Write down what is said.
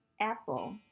apple